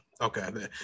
okay